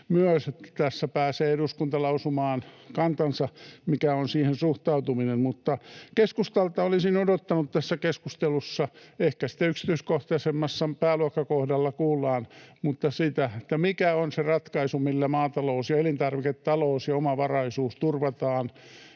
että tässä pääsee eduskunta lausumaan kantansa, mikä on siihen suhtautuminen. Mutta keskustalta olisin odottanut tässä keskustelussa — ehkä sitten yksityiskohtaisemmin kuullaan pääluokan kohdalla — sitä, että mikä on se ratkaisu, millä maatalous, elintarviketalous ja omavaraisuus turvataan